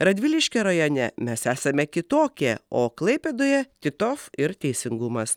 radviliškio rajone mes esame kitokie o klaipėdoje titov ir teisingumas